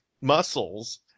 muscles